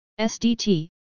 SDT